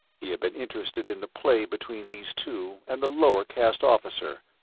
he had been interested in the play between these two and the lower caste officer.